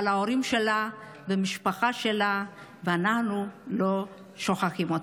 אבל ההורים שלה והמשפחה שלה ואנחנו לא שוכחים אותה.